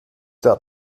der